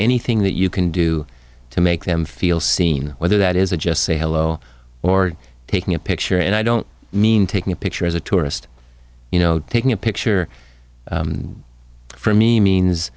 anything that you can do to make them feel seen whether that is a just say hello or taking a picture and i don't mean taking a picture as a tourist you know taking a picture for me means